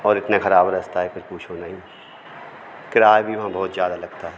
और इतने खराब रास्ता है कुछ पूछो नहीं किराया भी वहाँ बहुत ज़्यादा लगता है